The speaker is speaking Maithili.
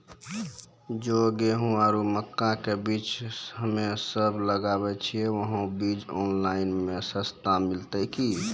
जे गेहूँ आरु मक्का के बीज हमे सब लगावे छिये वहा बीज ऑनलाइन मे सस्ता मिलते की?